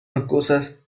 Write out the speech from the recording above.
rocosas